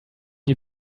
you